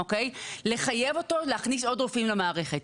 ולחייב אותו להכניס עוד רופאים למערכת.